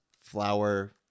flower